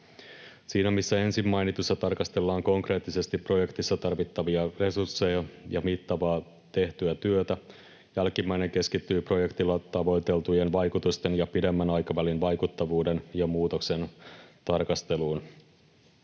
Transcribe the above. Siinä, missä ensin mainitussa tarkastellaan konkreettisesti projektissa tarvittavia resursseja ja mittavaa tehtyä työtä, jälkimmäinen keskittyy projektilla tavoiteltujen vaikutusten ja pidemmän aikavälin vaikuttavuuden ja muutoksen tarkasteluun.